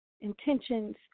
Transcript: intentions